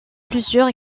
plusieurs